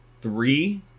three